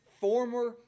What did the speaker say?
former